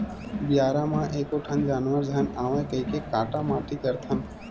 बियारा म एको ठन जानवर झन आवय कहिके काटा माटी करथन